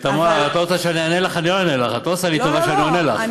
תמר, את לא רוצה שאענה לך, אני לא אענה לך.